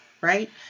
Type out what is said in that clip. right